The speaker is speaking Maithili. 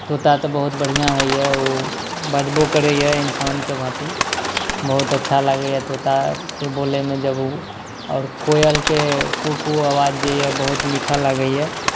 तोता तऽ बहुत बढ़िऑं होइया ओ बाजबो करैया इन्सानके भाँति बहुत अच्छा लागैया तोताके बोलैमे जब ओ आओर कोयलके कु कु आवाज बाजैया जे बहुत मीठा लागैया